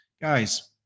Guys